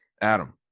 Adam